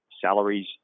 salaries